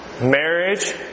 marriage